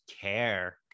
care